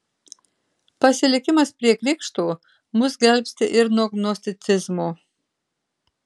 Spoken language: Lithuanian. pasilikimas prie krikšto mus gelbsti ir nuo gnosticizmo